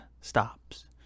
stops